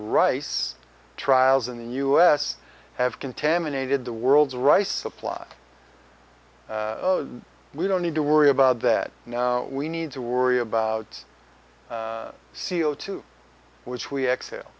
rice trials in the u s have contaminated the world's rice supply we don't need to worry about that now we need to worry about c o two which we exhale